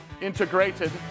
Integrated